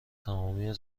تمامی